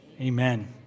Amen